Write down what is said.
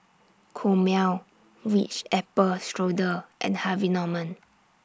Chomel Ritz Apple Strudel and Harvey Norman